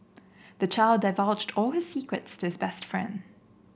the child divulged all his secrets to his best friend